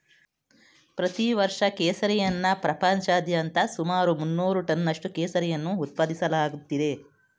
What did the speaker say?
ಪ್ರತಿ ವರ್ಷ ಕೇಸರಿಯನ್ನ ಪ್ರಪಂಚಾದ್ಯಂತ ಸುಮಾರು ಮುನ್ನೂರು ಟನ್ನಷ್ಟು ಕೇಸರಿಯನ್ನು ಉತ್ಪಾದಿಸಲಾಗ್ತಿದೆ